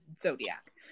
zodiac